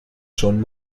schon